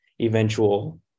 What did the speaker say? eventual